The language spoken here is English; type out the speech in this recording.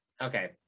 Okay